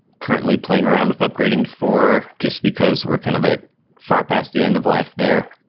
currently playing around with upgrading four, just because we're kind of at far past the end of life there.